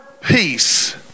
peace